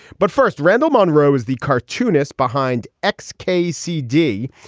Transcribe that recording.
but first randall munroe is the cartoonist behind ex casey d.